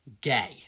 gay